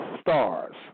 stars